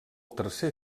tercer